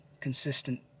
Consistent